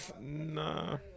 Nah